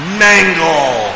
mangle